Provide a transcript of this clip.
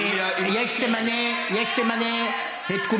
כי יש סימני התקוממות.